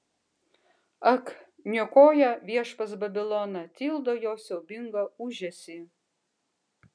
ak niokoja viešpats babiloną tildo jo siaubingą ūžesį